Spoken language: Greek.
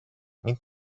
μην